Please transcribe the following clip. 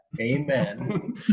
amen